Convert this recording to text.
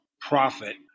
profit